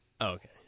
okay